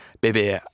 baby